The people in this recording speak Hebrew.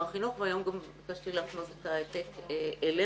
החינוך והיום גם ביקשתי להפנות את העתק אליך.